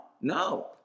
No